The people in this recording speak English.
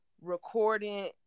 recording